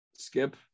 Skip